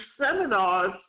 seminars